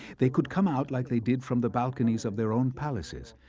they could come out like they did from the balconies of their own palaces.